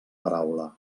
paraula